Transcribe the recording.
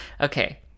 Okay